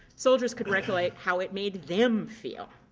soldiers could recollate how it made them feel.